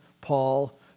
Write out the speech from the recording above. Paul